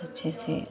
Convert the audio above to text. अच्छे से